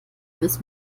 bis